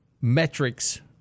metrics